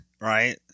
Right